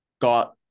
got